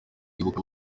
kwibuka